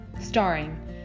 Starring